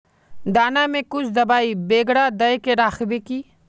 दाना में कुछ दबाई बेगरा दय के राखबे की?